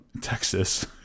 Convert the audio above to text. Texas